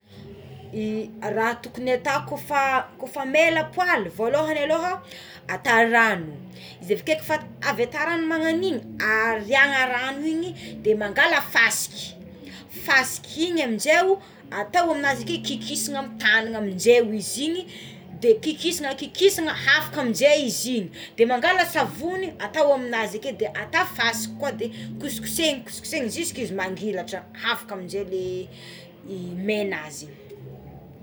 Ny raha tokony ataoko fa kôfa may ny lapoaly voalohagny aloha atao rano izy avike kôfa avy ata rano magnagn'igny ariàgna rano igny de mangala fasiky, fasiky igny aminjeo atao aminazy keo kikisana amy tagnagna aminjeo izy igny de kikisana kikisana hafaka aminje izy igny de mangala savony atao aminazy akeo de atao fasiky koa de kosokosehigna kosokosehigna ziska izy mangilatra afaka aminzay le le mainazy igny.